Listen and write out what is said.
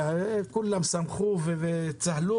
כולם שמחו וצהלו